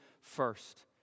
first